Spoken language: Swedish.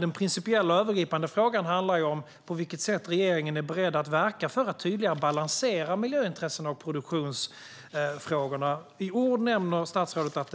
Den principiella övergripande frågan handlar om på vilket sätt regeringen är beredd att verka för att tydligare balansera miljöintressena och produktionsfrågorna. I ord nämner statsrådet att